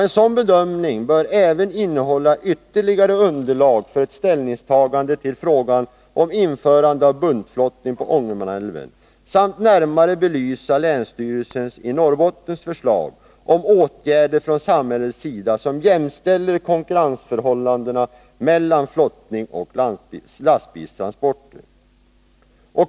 En sådan bedömning bör även innehålla ytterligare underlag för ett ställningstagande till frågan om införande av buntflottning på Ångermanälven samt närmare belysa länsstyrelsens i Norrbotten förslag om åtgärder från samhällets sida, som jämställer konkurrensförhållandena mellan flottning och lastbilstransporter.